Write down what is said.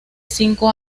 cinco